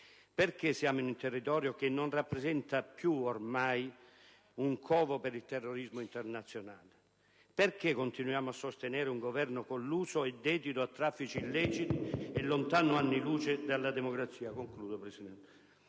Perché siamo in un territorio che non rappresenta più ormai un covo per il terrorismo internazionale? Perché continuiamo a sostenere un Governo colluso e dedito a traffici illeciti e lontano anni luce dalla democrazia? Come mai, mentre